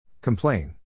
Complain